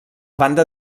banda